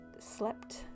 slept